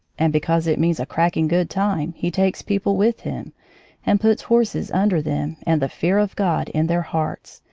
and, because it means a cracking good time, he takes people with him and puts horses under them and the fear of god in their hearts,